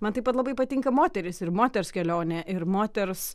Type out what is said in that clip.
man taip pat labai patinka moterys ir moters kelionė ir moters